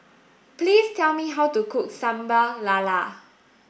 please tell me how to cook Sambal Lala